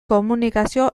komunikazio